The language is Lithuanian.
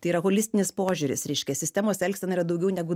tai yra holistinis požiūris reiškia sistemos elgsena yra daugiau negu